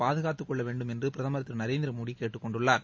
பாதுகாத்துக் கொள்ளவேண்டும் என்று பிரதமர் திரு நரேந்திர மோடி கேட்டுக்கொண்டுள்ளார்